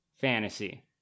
fantasy